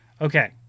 Okay